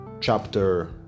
chapter